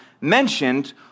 mentioned